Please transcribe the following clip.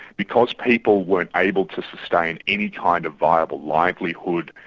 because people weren't able to sustain any kind of viable livelihood,